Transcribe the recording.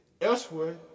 elsewhere